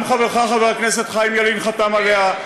גם חברך חבר הכנסת חיים ילין חתם עליה.